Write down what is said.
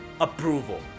approval